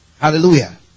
Hallelujah